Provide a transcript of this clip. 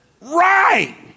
Right